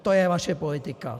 To je vaše politika!